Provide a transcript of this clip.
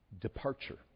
departure